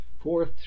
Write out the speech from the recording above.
fourth